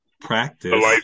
practice